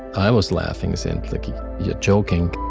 i was laughing saying, you're joking.